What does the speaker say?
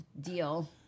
deal